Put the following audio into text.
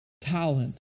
talent